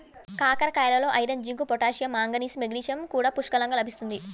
కాకరకాయలలో iron, zinc, potassium, manganese, magnesium కూడా పుష్కలంగా లభిస్తుంది